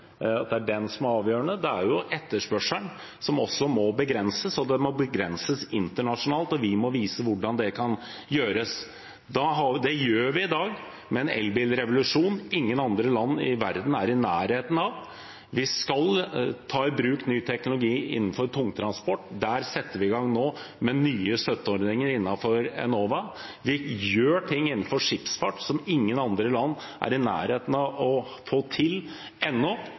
at det er den som er avgjørende; etterspørselen må jo også begrenses, og den må begrenses internasjonalt, og vi må vise hvordan det kan gjøres. Det gjør vi i dag med en elbilrevolusjon ingen andre land i verden er i nærheten av. Vi skal ta i bruk ny teknologi innenfor tungtransport. Der setter vi i gang nå med nye støtteordninger innenfor Enova. Vi gjør ting innenfor skipsfart som ingen andre land er i nærheten av å få til ennå,